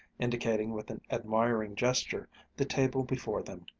indicating with an admiring gesture the table before them,